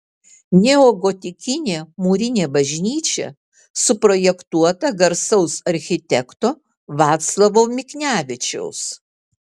neogotikinė mūrinė bažnyčia suprojektuota garsaus architekto vaclovo michnevičiaus